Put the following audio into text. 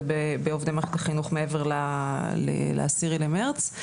בעובדי מערכת החינוך מעבר ל-10 למרץ.